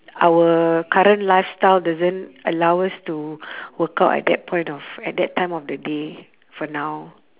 our current lifestyle doesn't allow us to workout at that point of at that time of the day for now